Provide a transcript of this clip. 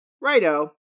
Righto